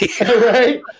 Right